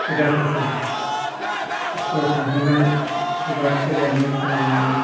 हुदाफोरखौ स्कुलाव थांहोनाय एबा फेदेरनाय फोलावनाय